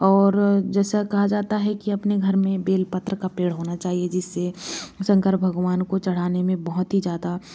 और जैसा कहा जाता है कि अपने घर में बेलपत्र का पेड़ होना चाहिए जिससे शंकर भगवान को चढ़ाने में बहुत ही ज़्यादा